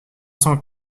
cent